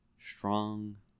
strong